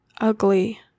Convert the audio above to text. ugly